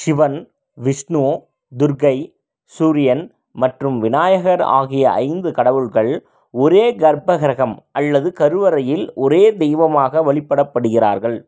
சிவன் விஷ்ணு துர்க்கை சூரியன் மற்றும் விநாயகர் ஆகிய ஐந்து கடவுள்கள் ஒரே கர்பகிரஹம் அல்லது கருவறையில் ஒரே தெய்வமாக வழிபடப்படுகிறார்கள்